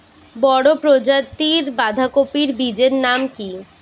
বড় প্রজাতীর বাঁধাকপির বীজের নাম কি?